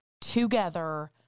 together